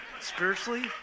spiritually